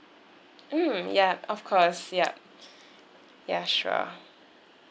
mm ya of course yup ya sure